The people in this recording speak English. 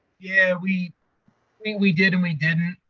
yeah, we i mean we did and we didn't.